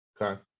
Okay